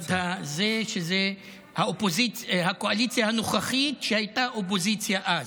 הצד הזה, הקואליציה הנוכחית, שהייתה אופוזיציה אז.